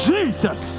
Jesus